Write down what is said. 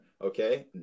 okay